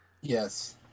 Yes